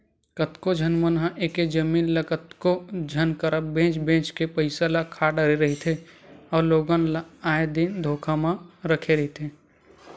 कतको झन मन ह एके जमीन ल कतको झन करा बेंच बेंच के पइसा ल खा डरे रहिथे अउ लोगन ल आए दिन धोखा म रखे रहिथे